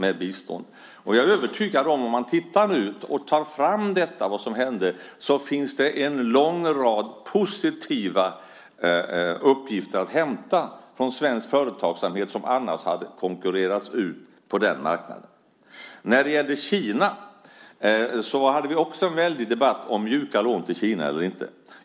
Om vi nu i efterhand ser på det som hände då är jag övertygad om att det finns en lång rad positiva uppgifter att hämta om svensk företagsamhet som annars hade konkurrerats ut på den marknaden. Vi hade också en väldig debatt om mjuka lån till Kina.